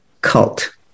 cult